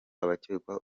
abakekwaho